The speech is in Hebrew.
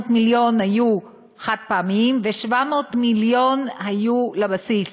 מיליון היו חד-פעמיים ו-700 מיליון היו לבסיס.